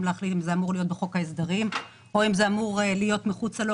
להחליט אם זה אמור להיות בחוק ההסדרים או אם אמור להיות מחוץ לו,